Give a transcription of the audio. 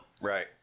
Right